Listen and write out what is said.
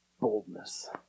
boldness